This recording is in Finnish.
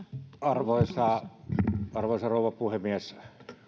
arvoisa arvoisa rouva puhemies